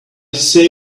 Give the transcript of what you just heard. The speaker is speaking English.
say